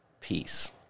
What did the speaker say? peace